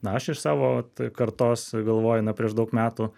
na aš iš savo kartos galvoju na prieš daug metų